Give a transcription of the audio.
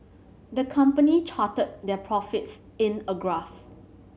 the company charted their profits in a graph